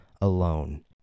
alone